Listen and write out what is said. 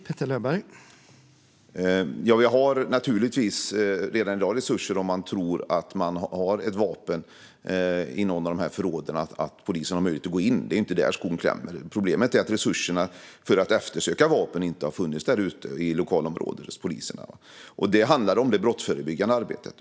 Herr talman! Vi har naturligtvis redan i dag resurser om man tror att någon har ett vapen i något av dessa förråd. Då har polisen möjlighet att gå in - det är inte där skon klämmer. Problemet är att resurserna för att eftersöka vapen inte har funnits ute hos lokalområdespoliserna. Det handlar om det brottsförebyggande arbetet.